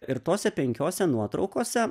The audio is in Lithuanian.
ir tose penkiose nuotraukose